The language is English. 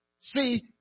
See